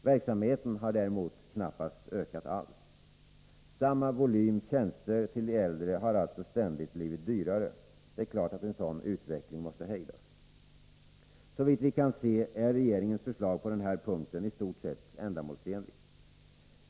Verksamheten har däremot knappast ökat alls. Samma volym tjänster till de äldre har alltså ständigt blivit dyrare. Det är klart att en sådan utveckling måste hejdas. Såvitt vi kan se är regeringens förslag på den här punkten i stort sett ändamålsenligt.